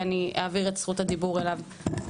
ואני אעביר את זכות הדיבור אליו.